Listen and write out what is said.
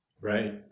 Right